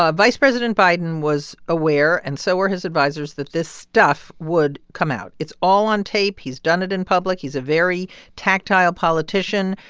ah vice president biden was aware and so were his advisers that this stuff would come out. it's all on tape. he's done it in public. he's a very tactile politician.